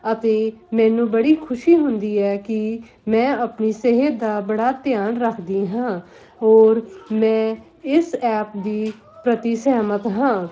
ਅਤੇ ਮੈਨੂੰ ਬੜੀ ਖੁਸ਼ੀ ਹੁੰਦੀ ਹੈ ਕਿ ਮੈਂ ਆਪਣੀ ਸਿਹਤ ਦਾ ਬੜਾ ਧਿਆਨ ਰੱਖਦੀ ਹਾਂ ਹੋਰ ਮੈਂ ਇਸ ਐਪ ਦੇ ਪ੍ਰਤੀ ਸਹਿਮਤ ਹਾਂ